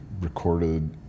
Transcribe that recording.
recorded